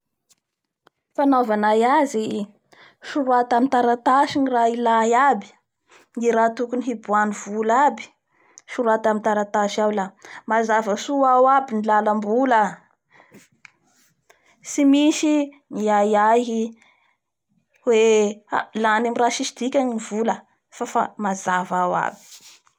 Fanaovanay azy sorata amin'ny taratasy ny raha ilay aby ny raha tokony hiboahan'ny vola aby sorata amin'ny taratasy ao. Mazava soa ao aby ny alambola tsy misy ny ahiahy hoe lany amin'ny rah tsis dikany ny vola fa -fa maza ao aby.